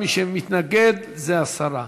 מי שמתנגד, הסרה.